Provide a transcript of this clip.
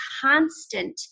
constant